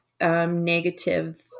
negative